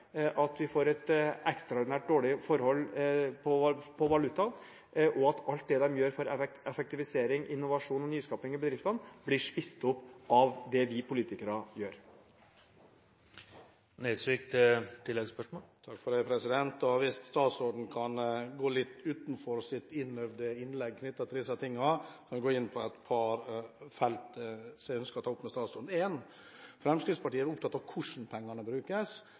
at en får et ekstraordinært dårlig forhold når det gjelder valutaen, og at alt det bedriftene gjør av effektivisering, innovasjon og nyskapning, blir spist opp av det vi politikere gjør. Hvis statsråden kan gå litt utenfor sitt innøvde innlegg knyttet til disse tingene, er det et par felt som jeg ønsker å ta opp med ham. Fremskrittspartiet er opptatt av hvordan pengene brukes.